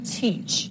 teach